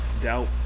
doubt